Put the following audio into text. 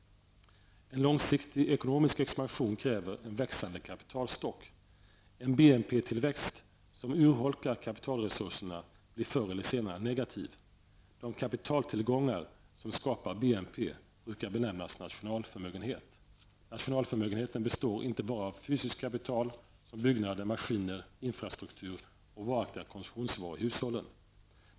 En långsiktig ekonomisk expansion kräver en växande kapitalstock. En BNP-tillväxt som urholkar kapitalresurserna blir förr eller senare negativ. De kapitaltillgångar som skapar BNP brukar benämnas nationalförmögenheten. Nationalförmögenheten består inte bara av fysiskt kapital som byggnader, maskiner, infrastruktur och varaktiga konsumtionsvaror i hushållen.